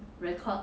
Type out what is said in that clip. record